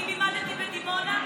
אני לימדתי בדימונה.